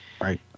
Right